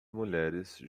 mulheres